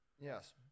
Yes